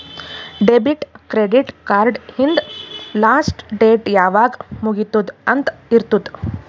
debit, credit card ಹಿಂದ್ last date ಯಾವಾಗ್ ಮುಗಿತ್ತುದ್ ಅಂತ್ ಇರ್ತುದ್